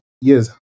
yes